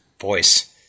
voice